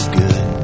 good